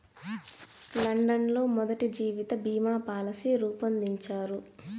London లో మొదటి జీవిత బీమా పాలసీ రూపొందించారు